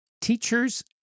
teachers